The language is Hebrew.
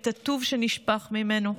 את הטוב שנשפך ממנו.